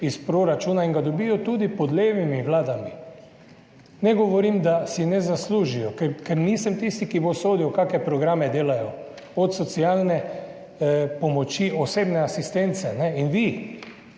iz proračuna in ga dobijo tudi pod levimi vladami. Ne govorim, da si ne zaslužijo, ker nisem tisti, ki bo sodil, kakšne programe delajo, od socialne pomoči, osebne asistence in vi,